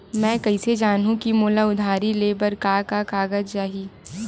मैं कइसे जानहुँ कि मोला उधारी ले बर का का कागज चाही?